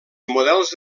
models